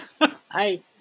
Hi